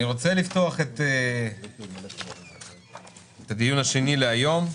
אני רוצה לפתוח את הדיון השני להיום.